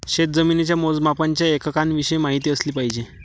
शेतजमिनीच्या मोजमापाच्या एककांविषयी माहिती असली पाहिजे